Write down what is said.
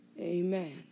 Amen